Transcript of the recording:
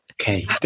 Okay